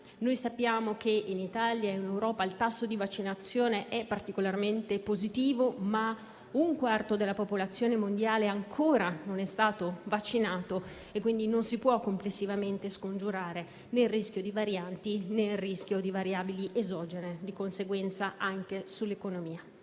Sappiamo che in Italia e in Europa il tasso di vaccinazione è particolarmente elevato, ma un quarto della popolazione mondiale non è stato ancora vaccinato; quindi, non si può complessivamente scongiurare il rischio di varianti, né il rischio di variabili esogene e, di conseguenza, anche sull'economia.